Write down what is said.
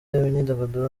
imyidagaduro